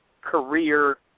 career